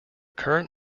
current